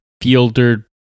Fielder